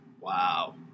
Wow